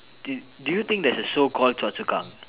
do do you think there's a show called Choa-Chu-Kang